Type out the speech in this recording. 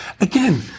Again